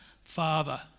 Father